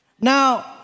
Now